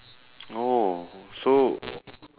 orh so